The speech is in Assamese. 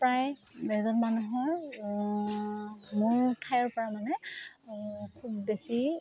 প্ৰায় এজন মানুহৰ মোৰ ঠাইৰ পৰা মানে খুব বেছি